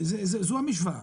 זו המשוואה.